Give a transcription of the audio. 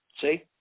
See